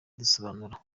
dusobanura